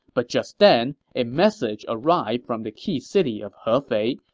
but just then, a message arrived from the key city of hefei,